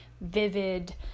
vivid